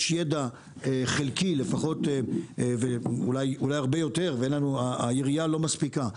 יש ידע חלקי ואולי הרבה יותר, היריעה לא מספיקה.